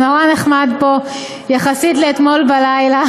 ונורא נחמד פה יחסית לאתמול בלילה,